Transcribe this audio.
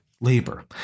labor